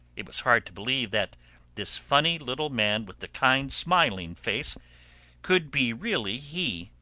it was hard to believe that this funny little man with the kind smiling face could be really he.